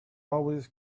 always